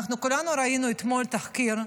כולנו ראינו אתמול תחקיר,